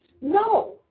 No